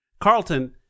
Carlton